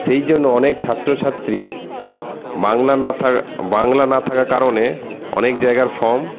সেই জন্য অনেক ছাত্রছাত্রী বাংলা না থাকার বাংলা না থাকার কারণে অনেক জায়গার ফর্ম